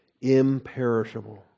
imperishable